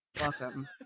welcome